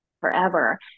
forever